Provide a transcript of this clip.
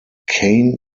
cane